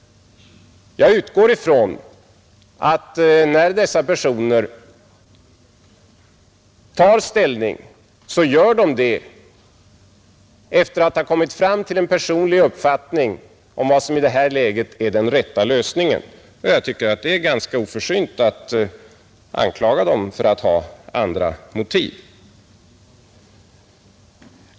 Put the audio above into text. Jag utgår ifrån att när dessa personer tar ställning så gör de det efter att ha kommit fram till en personlig uppfattning om vad som i detta läge är den rätta lösningen. Jag tycker det är ganska oförsynt att anklaga dem för att ha andra motiv.